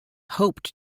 hoped